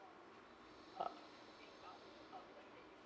uh